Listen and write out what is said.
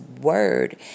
word